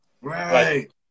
Right